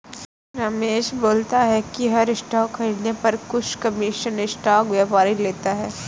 रमेश बोलता है कि हर स्टॉक खरीदने पर कुछ कमीशन स्टॉक व्यापारी लेता है